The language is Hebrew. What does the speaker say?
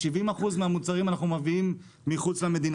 70% מהמוצרים אנחנו מביאים מחוץ למדינה,